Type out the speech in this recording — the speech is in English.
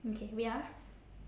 okay wait ah